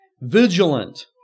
Vigilant